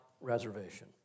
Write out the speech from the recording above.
reservation